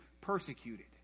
persecuted